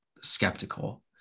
skeptical